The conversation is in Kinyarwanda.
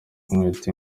kumwita